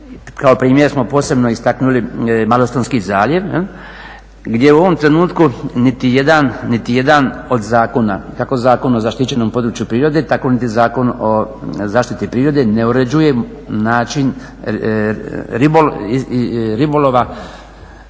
kao primjer istaknuli posebno Malostonski zaljev gdje u ovom trenutku niti jedan od zakona kako Zakon o zaštićenom području prirode, tako niti Zakon o zaštiti prirode ne uređuje način ribolova